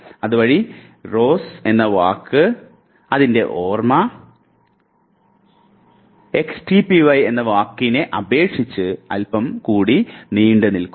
അതുവഴി റോസ് എന്ന വാക്കിൻറെ ഓർമ്മ എക്സ് റ്റി പി വൈ എന്ന വാക്കിനെ അപേക്ഷിച്ച് അൽപം കൂടി നീണ്ടുനിൽക്കുന്നു